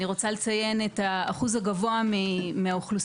אני רוצה לציין את האחוז הגבוה מהאוכלוסייה